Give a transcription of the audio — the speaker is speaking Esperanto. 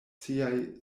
siaj